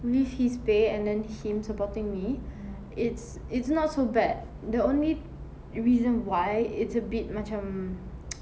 with his pay and then him supporting me it's it's not so bad the only reason why it's a bit macam